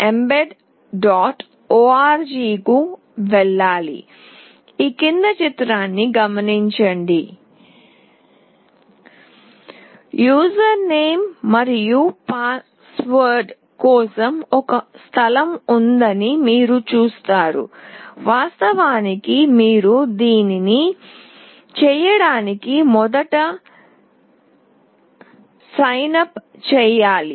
org కు వెళ్ళాలి వినియోగదారు పేరు మరియు పాస్ వర్డ్ కోసం ఒక స్థలం ఉందని మీరు చూస్తారు వాస్తవానికి మీరు దీన్ని చేయడానికి మొదట సైన్ అప్ చేయాలి